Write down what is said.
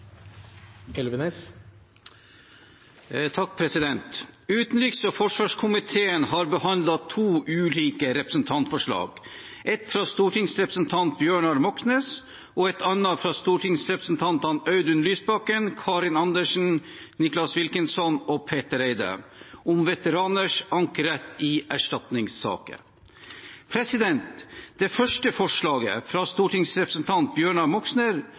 to ulike representantforslag, et fra stortingsrepresentant Bjørnar Moxnes og et annet fra stortingsrepresentantene Audun Lysbakken, Karin Andersen, Nicholas Wilkinson og Petter Eide, om veteraners ankerett i erstatningssaker. Det første forslaget, fra stortingsrepresentant Bjørnar Moxnes,